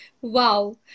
Wow